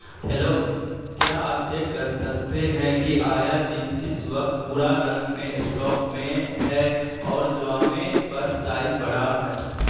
hello کیا آپ check کر سکتے ہیں کہ آیا جینس اس وقت بھورا رنگ میں اسٹاک میں ہے اور جوامے پر سائز بڑا ہے